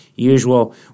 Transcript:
usual